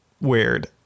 weird